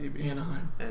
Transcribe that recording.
Anaheim